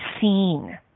seen